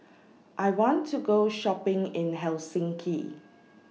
I want to Go Shopping in Helsinki